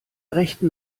rechten